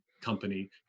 company